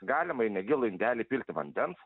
galima į negilų indelį pilti vandens